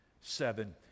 seven